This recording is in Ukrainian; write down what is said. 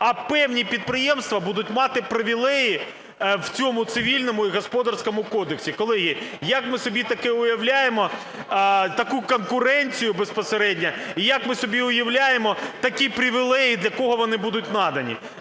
а певні підприємстві будуть мати привілеї в цьому Цивільному і Господарському кодексах. Колеги, як ми собі таке уявляємо, таку конкуренцію безпосередньо, і як ми собі уявляємо такі привілеї, для кого вони будуть надані?